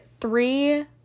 three